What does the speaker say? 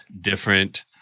different